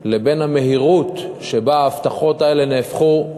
לבין המהירות שבה ההבטחות האלה נהפכו,